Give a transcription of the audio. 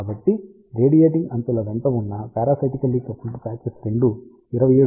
కాబట్టి రేడియేటింగ్ అంచుల వెంట ఉన్న పారాసైటికల్లీ కపుల్డ్ పాచెస్ రెండూ 27